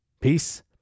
Peace